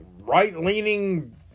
right-leaning